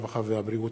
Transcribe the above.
הרווחה והבריאות.